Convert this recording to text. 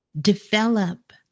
develop